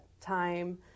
time